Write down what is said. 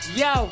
yo